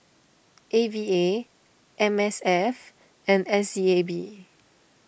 A V A M S F and S C A B